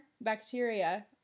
bacteria